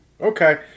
Okay